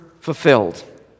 fulfilled